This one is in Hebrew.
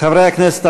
חברי הכנסת,